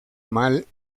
mal